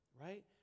Right